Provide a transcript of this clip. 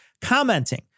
Commenting